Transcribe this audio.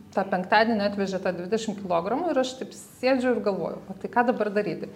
tą penktadienį atvežė tą dvidešim kilogramų ir aš taip sėdžiu ir galvoju va tai ką dabar daryti